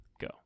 Go